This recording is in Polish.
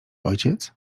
ojciec